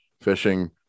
fishing